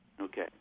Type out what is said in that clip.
Okay